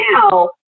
now